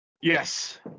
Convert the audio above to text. Yes